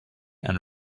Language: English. and